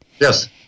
Yes